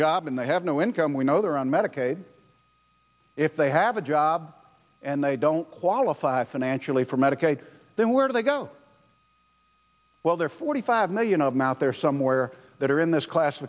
job and they have no income we know they're on medicaid if they have a job and they don't qualify financially for medicaid then where do they go well there forty five million of them out there so where that are in this class